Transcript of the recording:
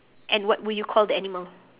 and what will you call the animal